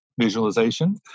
visualization